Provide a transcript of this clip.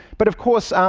but of course, um